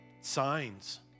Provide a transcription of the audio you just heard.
signs